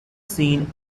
seen